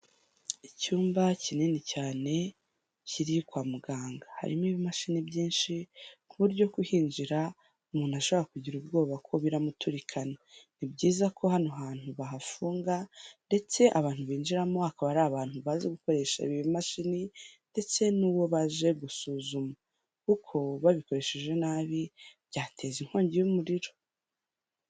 Icyumba kinini cyane kiri kwa muganga, harimo ibimashini byinshi ku buryo kuhinjira umuntu ashobora kugira ubwoba ko biramuturikana, ni byiza ko hano hantu bahafunga ndetse abantu binjiramo ha akaba ari abantu bazi gukoresha ibimashini ndetse n'uwo baje gusuzuma kuko babikoresheje nabi byateza inkongi y'umuriro.